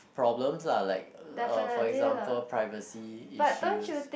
problems lah like uh for example privacy issues